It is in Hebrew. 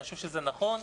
אני חושב שזה נכון,